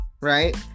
right